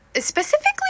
specifically